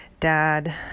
Dad